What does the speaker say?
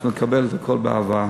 אנחנו נקבל את הכול באהבה,